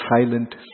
silent